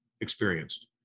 experienced